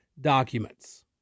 documents